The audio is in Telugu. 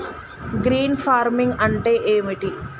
గ్రీన్ ఫార్మింగ్ అంటే ఏమిటి?